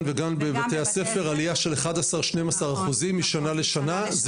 וגם בבתי ספר עלייה של 12-11% משנה לשנה.